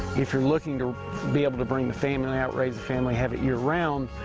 if you're looking to be able to bring the family out, raise a family, have it year round,